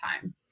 time